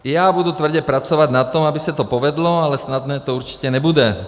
I já budu tvrdě pracovat na tom, aby se to povedlo, ale snadné to určitě nebude.